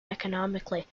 economically